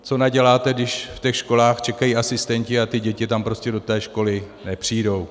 Co naděláte, když v těch školách čekají asistenti, a ty děti tam prostě do té školy nepřijdou?